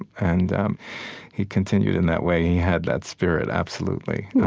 and he continued in that way. he had that spirit, absolutely.